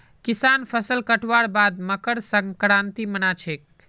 किसान फसल कटवार बाद मकर संक्रांति मना छेक